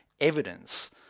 evidence